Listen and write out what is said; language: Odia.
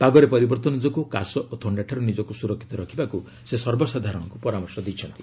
ପାଗରେ ପରିବର୍ତ୍ତନ ଯୋଗୁଁ କାଶ ଓ ଥଣ୍ଡାଠାରୁ ନିଜକୁ ସୁରକ୍ଷିତ ରଖିବାକୁ ସେ ସର୍ବସାଧାରଣଙ୍କୁ ପରାମର୍ଶ ଦେଇଛନ୍ତି